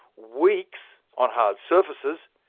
weeks on hard surfaces,